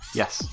yes